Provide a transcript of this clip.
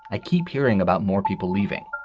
i keep hearing about more people leaving.